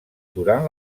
durant